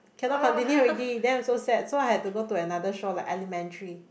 cannot continue already then I'm so sad so I had to go to another show like Elementary